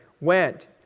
went